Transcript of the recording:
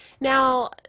Now